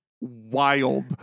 wild